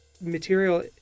Material